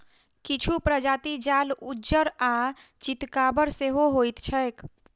किछु प्रजाति लाल, उज्जर आ चितकाबर सेहो होइत छैक